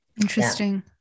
Interesting